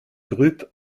groupe